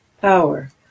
power